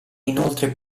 inoltre